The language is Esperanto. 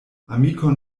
amikon